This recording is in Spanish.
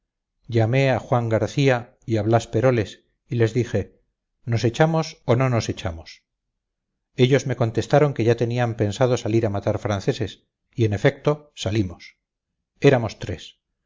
llamé a juan garcía y a blas peroles y les dije nos echamos o no nos echamos ellos me contestaron que ya tenían pensado salir a matar franceses y en efecto salimos éramos tres